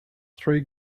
three